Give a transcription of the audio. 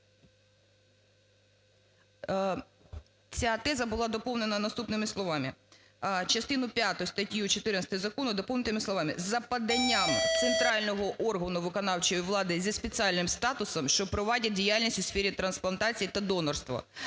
ця теза була доповнена наступними словами. Частину п'яту статтю 14 закону доповнити словами "за поданням центрального органу виконавчої влади зі спеціальним статусом, що провадить діяльності у сфері трансплантації та донорства".